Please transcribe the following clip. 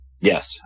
Yes